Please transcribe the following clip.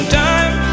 time